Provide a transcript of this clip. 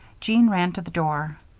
jean ran to the door.